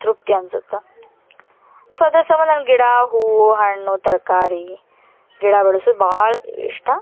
ತೃಪ್ತಿ ಅನ್ಸತ್ತೆ ಸೊ ಅದರ ಸಂಬಂಧ ನನ್ಗೆ ಗಿಡ ಹೂವು ಹಣ್ಣು ತರಕಾರಿ ಗಿಡ ಬೆಳ್ಸುದು ಭಾಳ ಇಷ್ಟ